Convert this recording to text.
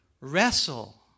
wrestle